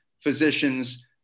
physicians